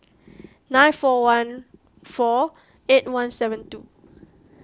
nine four one four eight one seven two